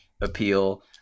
appeal